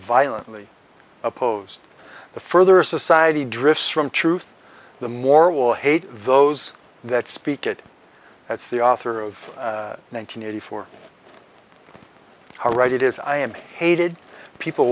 violently opposed the further a society drifts from truth the more will hate those that speak it that's the author of nine hundred eighty four how right it is i am hated people